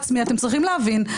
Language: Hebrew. אני לכשעצמי, אתם צריכים להבין,